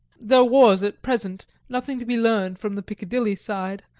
there was at present nothing to be learned from the piccadilly side,